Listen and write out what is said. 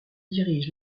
dirige